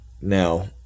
Now